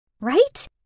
right